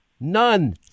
none